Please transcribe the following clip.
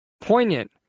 poignant